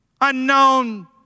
unknown